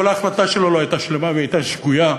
אבל ההחלטה שלו לא הייתה שלמה, והיא הייתה שגויה,